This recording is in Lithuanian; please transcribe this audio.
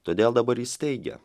todėl dabar jis teigia